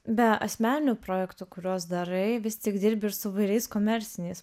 be asmeninių projektų kuriuos darai vis tik dirbi ir su įvairiais komerciniais